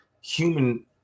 human –